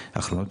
האחרונות.